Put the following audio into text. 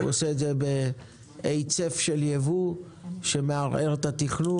הוא עושה את זה בהיצף של ייבוא שמערער את התכנון,